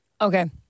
Okay